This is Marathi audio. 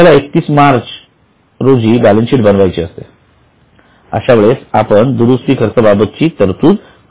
आपल्याला 31 मार्च रोजी बॅलन्स शीट बनवायची असते अशावेळेस आपण दुरुस्ती च्या खर्चाबाबत ची तरतूद करतो